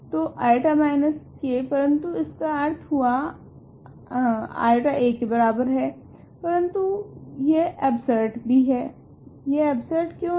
तो i k पनतु इसका अर्थ हुआ I a के बराबर है परंतु यह एबसर्ड भी है यह एबसर्ड क्यो है